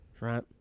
Right